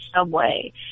subway